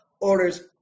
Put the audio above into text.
orders